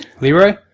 Leroy